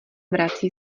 vrací